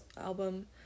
album